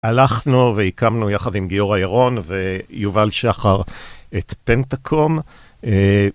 הלכנו והקמנו יחד עם גיורא ירון ויובל שחר את פנטאקום.